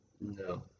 no